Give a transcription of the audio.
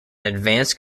advanced